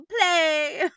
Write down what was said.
play